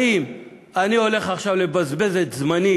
האם אני הולך עכשיו לבזבז את זמני